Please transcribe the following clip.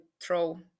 throw